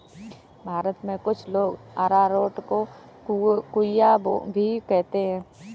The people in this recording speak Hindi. भारत में कुछ लोग अरारोट को कूया भी कहते हैं